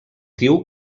diu